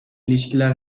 ilişkiler